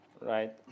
right